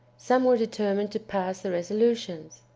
some were determined to pass the resolutions.